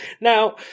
Now